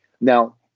Now